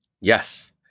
Yes